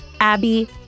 Abby